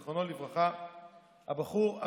נשות השנאה, זה מה שיש.